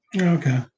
Okay